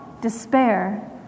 despair